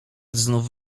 znów